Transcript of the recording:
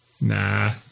Nah